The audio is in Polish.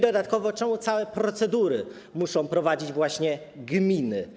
Dodatkowo, czemu całe procedury muszą prowadzić właśnie gminy?